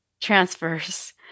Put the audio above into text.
transfers